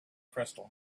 crystal